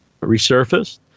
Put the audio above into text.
resurfaced